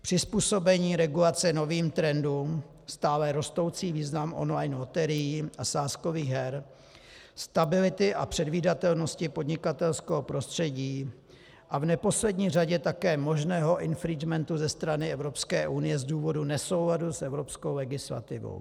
Přizpůsobení regulace novým trendům, stále rostoucí význam online loterií a sázkových her, stability a předvidatelnosti podnikatelského prostředí a v neposlední řadě také možného infringementu ze strany Evropské unie z důvodu nesouladu s evropskou legislativou.